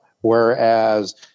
whereas